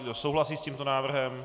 Kdo souhlasí s tímto návrhem?